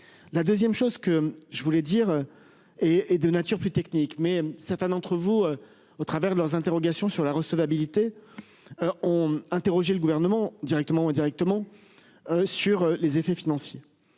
La 2ème, chose que je voulais dire. Et et de nature plus technique mais certains d'entre vous au travers de leurs interrogations sur la recevabilité. Ont interrogé le gouvernement directement ou indirectement. Sur les effets financiers